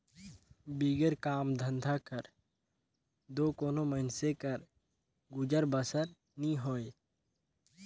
बिगर काम धंधा कर दो कोनो मइनसे कर गुजर बसर नी होए